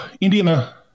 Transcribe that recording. Indiana